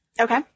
Okay